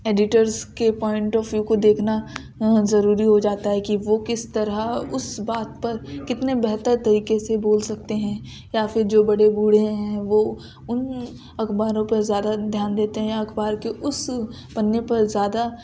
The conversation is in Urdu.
ایڈیٹرس کے پوائنٹ آف ویو کو دیکھنا ضروری ہو جاتا ہے کہ وہ کس طرح اس بات پر کتنے بہتر طریقے سے بول سکتے ہیں یا پھر جو بڑے بوڑھے ہیں وہ ان اخباروں پر زیادہ دھیان دیتے ہیں یا اخبار کے اس پنّے پر زیادہ